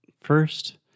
First